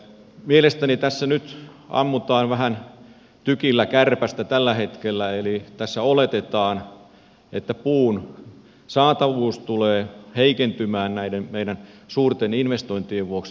mielestäni tässä nyt ammutaan vähän tykillä kärpästä tällä hetkellä eli tässä oletetaan että puun saatavuus tulee heikentymään näiden meidän suurten investointien vuoksi